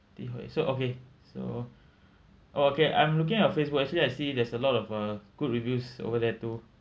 T O H so okay so oh okay I'm looking at Facebook actually I see there's a lot of uh good reviews over there too